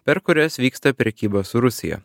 per kurias vyksta prekyba su rusija